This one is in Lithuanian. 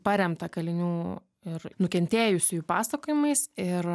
paremtą kalinių ir nukentėjusiųjų pasakojimais ir